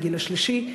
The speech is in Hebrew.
לגיל השלישי.